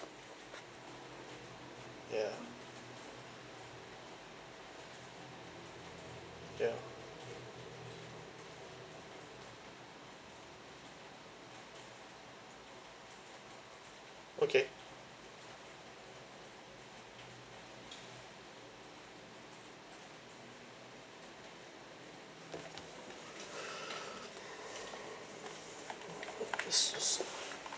ya ya okay